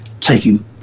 taking